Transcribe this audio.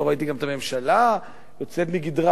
לא ראיתי גם את הממשלה יוצאת מגדרה